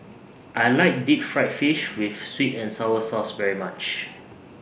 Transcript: I like Deep Fried Fish with Sweet and Sour Sauce very much